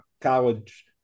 college